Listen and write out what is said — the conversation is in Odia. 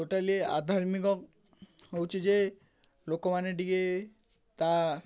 ଟୋଟାଲି ଆଧ୍ୟାତ୍ମିକ ହେଉଛି ଯେ ଲୋକମାନେ ଟିକେ ତା'